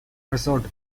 resort